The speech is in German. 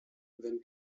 wenn